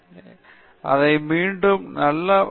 எனவே அது மீண்டும் ஒரு நல்ல நடைமுறை அல்ல